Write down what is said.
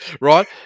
right